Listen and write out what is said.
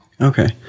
Okay